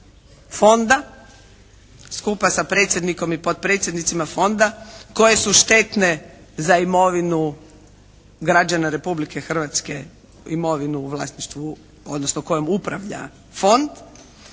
fonda skupa sa predsjednikom i potpredsjednicima fonda koje su štetne za imovinu građana Republike Hrvatske, imovinu u vlasništvu, odnosno kojom upravlja fond.